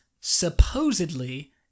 supposedly